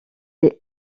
les